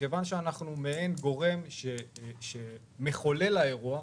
מכיוון שאנחנו מעין גורם מחולל האירוע,